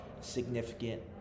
significant